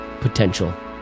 potential